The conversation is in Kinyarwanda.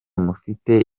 mufite